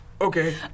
Okay